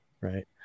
Right